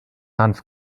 hanf